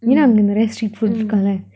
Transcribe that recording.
mm mm